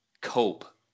cope